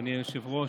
אדוני היושב בראש,